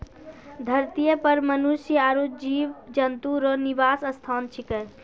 धरतीये पर मनुष्य आरु जीव जन्तु रो निवास स्थान छिकै